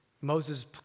Moses